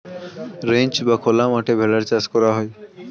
ranch বা খোলা মাঠে ভেড়ার চাষ করা হয়